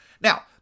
Now